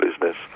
business